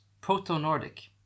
Proto-Nordic